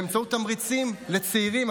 באמצעות תמריצים לצעירים,